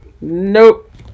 Nope